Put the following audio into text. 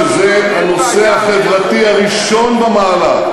שזה הנושא החברתי הראשון במעלה,